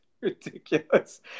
ridiculous